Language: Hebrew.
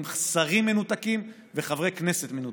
עם שרים מנותקים וחברי כנסת מנותקים.